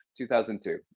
2002